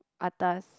atas